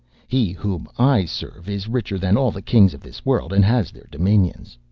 he whom i serve is richer than all the kings of this world, and has their dominions